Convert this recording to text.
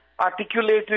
articulated